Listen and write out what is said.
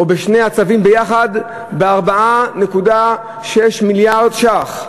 או בשני הצווים ביחד, ב-4.6 מיליארד שקלים.